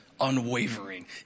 Unwavering